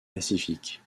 pacifique